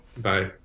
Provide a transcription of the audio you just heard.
Bye